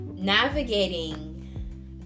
Navigating